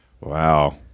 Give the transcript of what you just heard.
wow